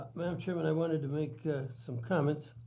madam chair, and i wanted to make some comments